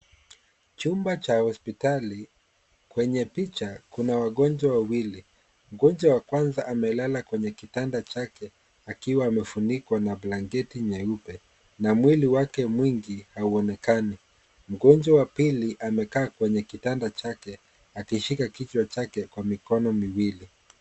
Chumba cha hospitali. Kwenye picha, kuna wagonjwa wawili. Mgonjwa wa kwanza amelala kwenye kitanda chake akiwa amefunikwa na blanketi nyeupe na mwili wake mwingi hauonekani. Mgonjwa wa pili amekaa kwenye kitanda chake, akishika kichwa chake kwa mikono miwili.